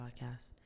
podcast